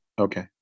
Okay